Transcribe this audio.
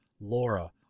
Laura